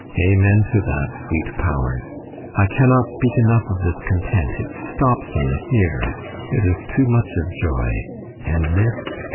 amen to that, sweet powers i cannot speak enough of this content it stops me here it is too much of joy and this,